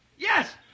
Yes